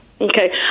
okay